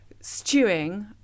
stewing